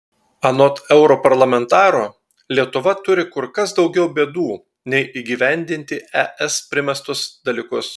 anot europarlamentaro lietuva turi kur kas daugiau bėdų nei įgyvendinti es primestus dalykus